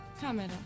Camera